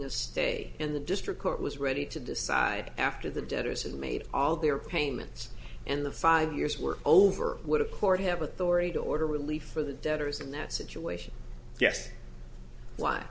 stay in the district court was ready to decide after the debtors who made all their payments and the five years were over would accord have authority to order relief for the debtors in that situation yes why